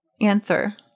Answer